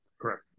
Correct